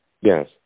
Yes